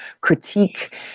critique